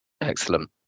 Excellent